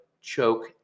Choke